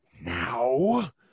Now